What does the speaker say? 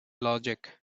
logic